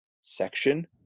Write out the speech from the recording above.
section